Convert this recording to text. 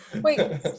Wait